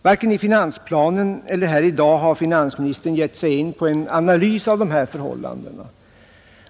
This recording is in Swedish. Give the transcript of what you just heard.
Varken i finansplanen eller i debatten här i dag har finansministern givit sig in på en analys av dessa förhållanden.